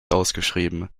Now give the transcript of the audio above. ausgeschrieben